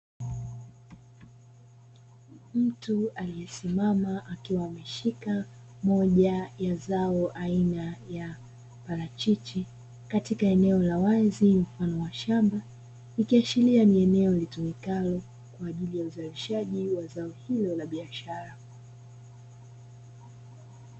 Mtu aliyesimama akiwa ameshika moja ya zao aina ya parachichi katika eneo la wazi mfano wa shamba, likiashiria ni eneo litumikalo kwa ajili ya uzalishaji wa zao hilo la biashara.